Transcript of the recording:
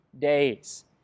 days